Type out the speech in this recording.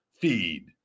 feed